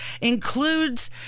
includes